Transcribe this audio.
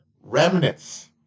remnants